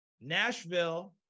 Nashville